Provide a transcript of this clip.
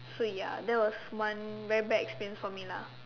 so ya that was one very bad experience for me lah